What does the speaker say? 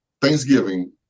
Thanksgiving